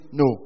no